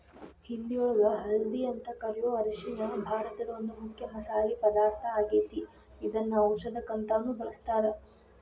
ಹಿಂದಿಯೊಳಗ ಹಲ್ದಿ ಅಂತ ಕರಿಯೋ ಅರಿಶಿನ ಭಾರತದ ಒಂದು ಮುಖ್ಯ ಮಸಾಲಿ ಪದಾರ್ಥ ಆಗೇತಿ, ಇದನ್ನ ಔಷದಕ್ಕಂತಾನು ಬಳಸ್ತಾರ